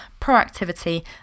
proactivity